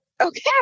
okay